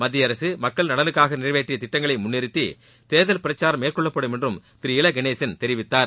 மத்திய அரசு மக்கள் நலனுக்காக நிறைவேற்றிய திட்டங்களை முன்னிறுத்தி தேர்தல் பிரச்சாரம் மேற்கொள்ளப்படும் என்றும் திரு இல கணேசன் தெரிவித்தார்